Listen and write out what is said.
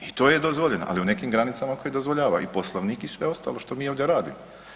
I to je dozvoljeno, ali u nekim granicama koje dozvoljava i Poslovnik i sve ostalo što mi ovdje radimo.